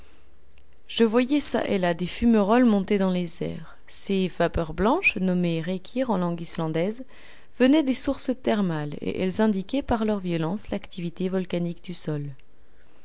je voyais ça et là des fumerolles monter dans les airs ces vapeurs blanches nommées reykir en langue islandaise venaient des sources thermales et elles indiquaient par leur violence l'activité volcanique du sol